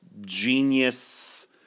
genius